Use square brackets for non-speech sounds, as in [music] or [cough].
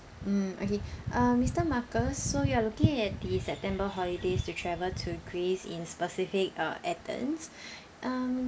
mm okay [breath] uh mister marcus so you are looking at the september holidays to travel to greece in specific uh athens [breath] um